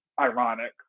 ironic